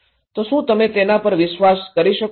તો શું તમે તેના પર વિશ્વાસ કરી શકો છો